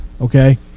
okay